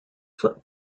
foot